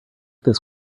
this